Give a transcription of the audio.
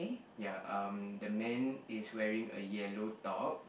ya um the man is wearing a yellow top